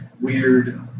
weird